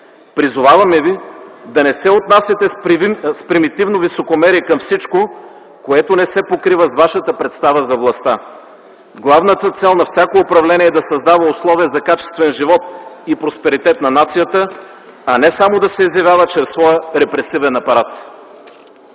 Призоваваме ви да не се отнасяте с примитивно високомерие към всичко, което не се покрива с вашата представа за властта. Главната цел на всяко управление е да създава условия за качествен живот и просперитет на нацията, а не само да се изявява чрез своя репресивен апарат.